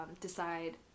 decide